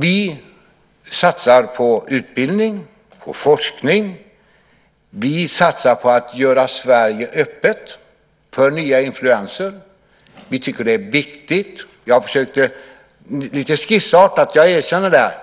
Vi satsar på utbildning och forskning. Vi satsar på att göra Sverige öppet för nya influenser. Vi tycker att det är viktigt. Jag försökte lite skissartat, jag erkänner det,